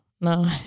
No